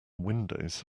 windows